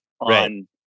on